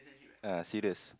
ah serious